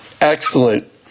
Excellent